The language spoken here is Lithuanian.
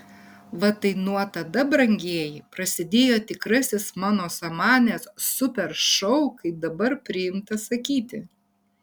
va tai nuo tada brangieji prasidėjo tikrasis mano samanės super šou kaip dabar priimta sakyti